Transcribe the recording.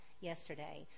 yesterday